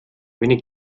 wenig